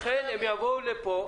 לכן הם יבואו לפה,